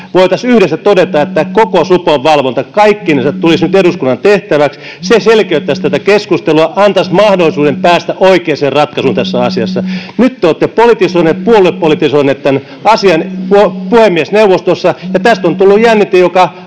voitaisiin yhdessä todeta, että koko supon valvonta kaikkinensa tulisi eduskunnan tehtäväksi. Se selkeyttäisi tätä keskustelua, antaisi mahdollisuuden päästä oikeaan ratkaisuun tässä asiassa. Nyt te olette puoluepolitisoineet tämän asian puhemiesneuvostossa, ja tästä on tullut jännite, joka